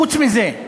חוץ מזה,